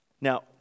Now